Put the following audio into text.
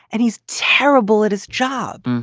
and he's terrible at his job.